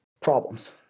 problems